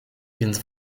więc